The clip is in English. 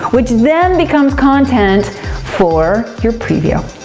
which then becomes content for your preview.